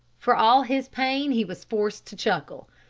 for all his pain he was forced to chuckle.